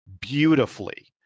beautifully